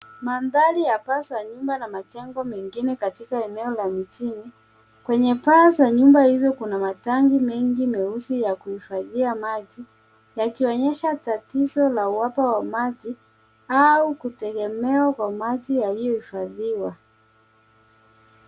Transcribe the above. Mandhari ya paa za nyumba na majengo mengine katika eneo la mjini. Kwenye paa za nyumba hizo kuna matanki mingi meusi ya kuhifadhia maji yakionyesha tatizo la uhaba wa maji au kutegemea kwa maji yaliyohifadhiwa.